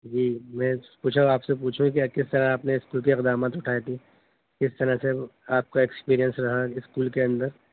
جی میں پوچھا آپ سے پوچھوں کہ کس طرحپ نے اسکول کی اقدامات اٹھائے تھی کس طرح سے آپ کا ایکسپریئنس رہا اسکول کے اندر